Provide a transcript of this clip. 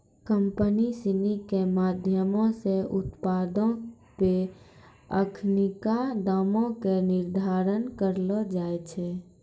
company सिनी के माधयमो से उत्पादो पे अखिनका दामो के निर्धारण करलो जाय छै